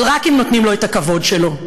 אבל רק אם נותנים לו את הכבוד שלו.